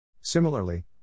Similarly